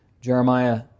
Jeremiah